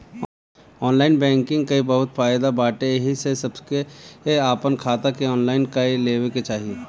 online banking कअ बहुते फायदा बाटे एही से सबके आपन खाता के ऑनलाइन कअ लेवे के चाही